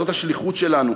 זאת השליחות שלנו,